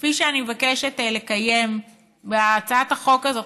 כפי שאני מבקשת לקיים בהצעת החוק הזאת,